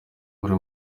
buri